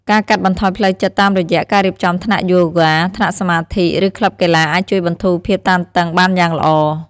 ការកាត់បន្ថយផ្លូវចិត្តតាមរយះ ការរៀបចំថ្នាក់យូហ្គា ថ្នាក់សមាធិ ឬក្លឹបកីឡាអាចជួយបន្ធូរភាពតានតឹងបានយ៉ាងល្អ។